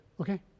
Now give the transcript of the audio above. okay